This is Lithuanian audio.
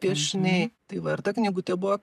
piešiniai tai va ir ta knygutė buvo